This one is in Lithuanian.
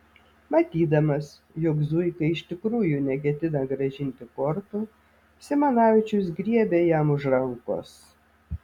matydamas jog zuika iš tikrųjų neketina grąžinti kortų simanavičius griebė jam už rankos